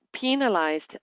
penalized